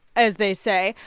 as they say,